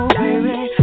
baby